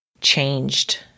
changed